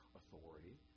authority